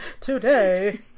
Today